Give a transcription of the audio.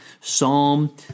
Psalm